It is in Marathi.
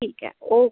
ठीकए ओ